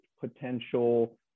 potential